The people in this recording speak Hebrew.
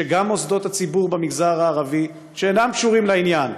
שגם מוסדות ציבור במגזר הערבי שאינם קשורים לעניין,